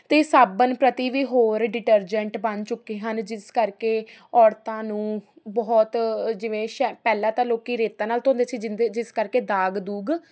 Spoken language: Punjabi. ਅਤੇ ਸਾਬਣ ਪ੍ਰਤੀ ਵੀ ਹੋਰ ਡਿਟਰਜੈਂਟ ਬਣ ਚੁੱਕੇ ਹਨ ਜਿਸ ਕਰਕੇ ਔਰਤਾਂ ਨੂੰ ਬਹੁਤ ਜਿਵੇਂ ਸ਼ੈ ਪਹਿਲਾਂ ਤਾਂ ਲੋਕ ਰੇਤੇ ਨਾਲ ਧੋਂਦੇ ਸੀ ਜਿਸਦੇ ਜਿਸ ਕਰਕੇ ਦਾਗ ਦੂਗ